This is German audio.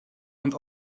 und